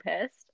pissed